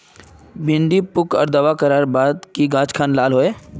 भिन्डी पुक आर दावा करार बात गाज खान लाल होए?